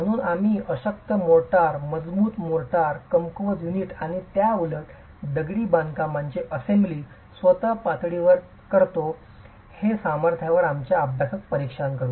म्हणून आम्ही अशक्त मोर्टार मजबूत मोर्टार कमकुवत युनिट आणि त्याउलट दगडी बांधकामाचे असेंब्ली स्वतःच पातळीवर करतो हे सामर्थ्यावर आमच्या अभ्यासामध्ये परीक्षण करू